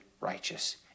righteous